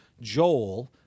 Joel